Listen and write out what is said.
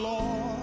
Lord